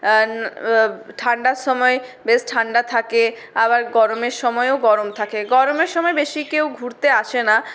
ঠান্ডার সময় বেশ ঠান্ডা থাকে আবার গরমের সময়েও গরম থাকে গরমের সময় বেশি কেউ ঘুরতে আসে না